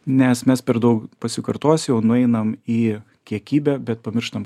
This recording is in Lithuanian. nes mes per daug pasikartosiu nueinam į kiekybę bet pamirštam